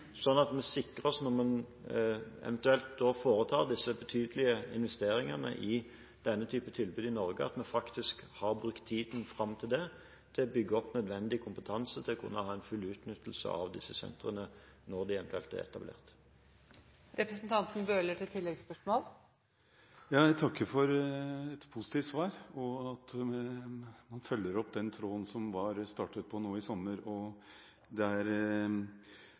at vi sikrer oss når vi eventuelt foretar disse betydelige investeringene i denne type tilbud i Norge, at vi faktisk har brukt tiden fram til det til å bygge opp nødvendig kompetanse til å kunne ha full utnyttelse av disse sentrene når de eventuelt er etablert. Jeg takker for et positivt svar og for at man følger opp tråden som var startet på nå i sommer. Norge har vært på etterskudd der,